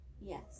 Yes